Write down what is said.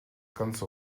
ganze